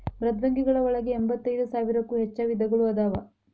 ಮೃದ್ವಂಗಿಗಳ ಒಳಗ ಎಂಬತ್ತೈದ ಸಾವಿರಕ್ಕೂ ಹೆಚ್ಚ ವಿಧಗಳು ಅದಾವ